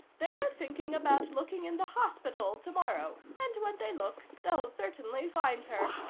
they're thinking about looking in the hospital tomorrow, and when they look they'll certainly find her.